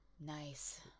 Nice